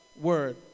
word